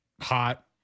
hot